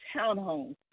townhomes